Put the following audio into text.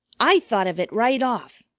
i thought of it right off.